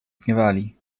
gniewali